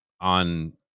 on